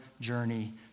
journey